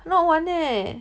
很好玩 eh